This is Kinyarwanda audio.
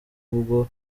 ubwo